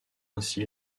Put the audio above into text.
ainsi